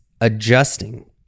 adjusting